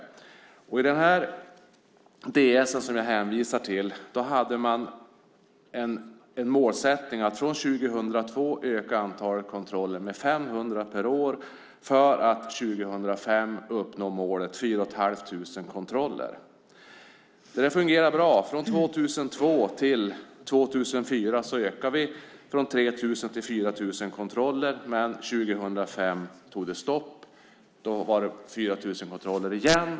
I den departementsskrivelse som jag hänvisat till fanns målsättningen att från år 2002 öka antalet kontroller med 500 per år för att år 2005 uppnå målet 4 500 kontroller. Det där fungerade bra. Från år 2002 till år 2004 ökade vi antalet kontroller från 3 000 till 4 000. Men år 2005 tog det stopp. Då var det återigen 4 000 kontroller.